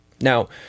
Now